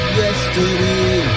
yesterday